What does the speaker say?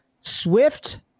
Swift